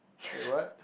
wait what